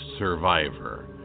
Survivor